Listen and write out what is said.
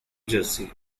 jersey